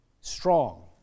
Strong